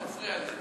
מפריע לי.